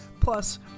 Plus